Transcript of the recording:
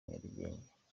nyarugenge